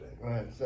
Right